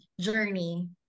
journey